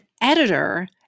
editor